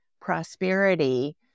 prosperity